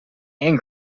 and